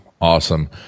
awesome